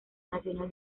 nacional